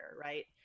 right